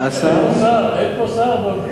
אין פה שר במליאה.